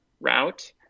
route